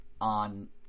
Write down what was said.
on